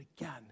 again